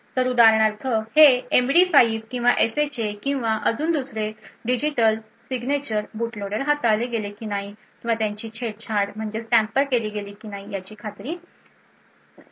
तर उदाहरणार्थ हे MD5 किंवा SHA किंवा अजून दुसरे डिजिटल सिग्नेचर बूट लोडर हाताळले गेले नाही किंवा त्यांची छेडछाड केली गेली नाही याची खात्री नाही